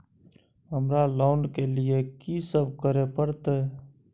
हमरा लोन के लिए की सब करे परतै?